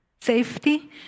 Safety